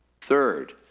Third